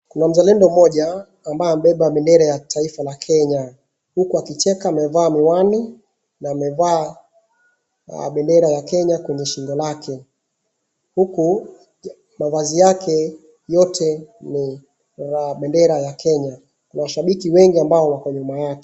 Kuna mzalendo mmoja ambaye amebeba bendera ya kitaifa ya Kenya huku akicheka na amevaa miwani na amevaa bendera ya Kenya kwenye shingo lake huku mavazi yake yote ni la bendera ya Kenya, kuna mashabiki wengi ambao wako nyuma yake.